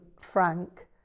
Frank